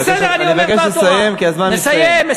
אני מבקש לסיים כי הזמן הסתיים.